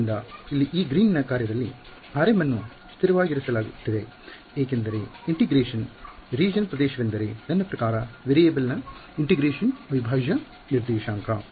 ಆದ್ದರಿಂದ ಇಲ್ಲಿ ಈ ಗ್ರೀನ್ನ ಕಾರ್ಯದಲ್ಲಿ rm ಅನ್ನು ಸ್ಥಿರವಾಗಿರಿಸಲಾಗುತ್ತಿದೆ ಏಕೆಂದರೆ ಇಂಟಿಗ್ರೇಷನ್ ರೀಜನ್ ಪ್ರದೇಶವೆಂದರೆ ನನ್ನ ಪ್ರಕಾರ ವೇರಿಯೇಬಲ್ ನ್ ಇಂಟಿಗ್ರೇಷನ್ ಅವಿಭಾಜ್ಯ ನಿರ್ದೇಶಾಂಕ